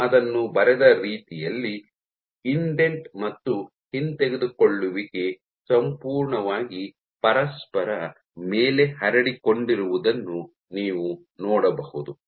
ನಾನು ಅದನ್ನು ಬರೆದ ರೀತಿಯಲ್ಲಿ ಇಂಡೆಂಟ್ ಮತ್ತು ಹಿಂತೆಗೆದುಕೊಳ್ಳುವಿಕೆ ಸಂಪೂರ್ಣವಾಗಿ ಪರಸ್ಪರ ಮೇಲೆ ಹರಡಿಕೊಂಡಿರುವುದನ್ನು ನೀವು ನೋಡಬಹುದು